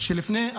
לפני ארבעה,